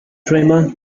dreamer